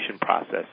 process